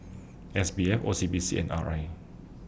S B F O C B C and R I